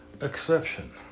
exception